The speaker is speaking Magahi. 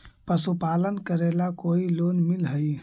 पशुपालन करेला कोई लोन मिल हइ?